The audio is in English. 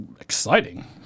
Exciting